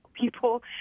people